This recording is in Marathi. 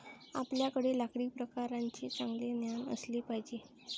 आपल्याकडे लाकडी प्रकारांचे चांगले ज्ञान असले पाहिजे